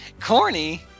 Corny